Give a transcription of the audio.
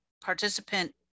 participant